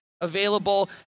available